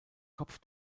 kopf